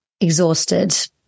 Exhausted